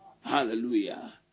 Hallelujah